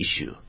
issue